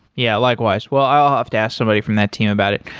yeah, likewise. well i'll have to ask somebody from that team about it.